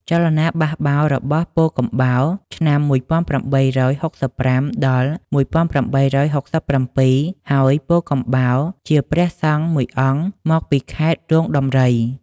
ចលនាបះបោររបស់ពោធិកំបោរ (ឆ្នាំ ១៨៦៥-១៨៦៧) ហើយ ពោធិកំបោរជាព្រះសង្ឃមួយអង្គមកពីខេត្តរោងដំរី។